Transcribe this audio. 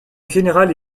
générale